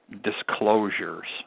disclosures